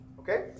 Okay